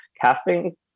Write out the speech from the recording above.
casting